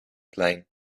plein